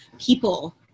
people